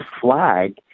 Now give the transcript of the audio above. flag